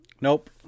Nope